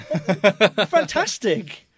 fantastic